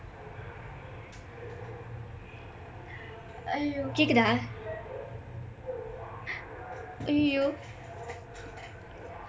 !aiyo! கேட்குதா:keetkuthaa ஐயய்யோ:aiyayyoo